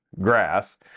grass